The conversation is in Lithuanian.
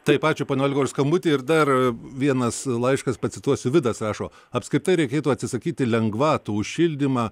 taip ačiū pone olga už skambutį ir dar vienas laiškas pacituosiu vidas rašo apskritai reikėtų atsisakyti lengvatų už šildymą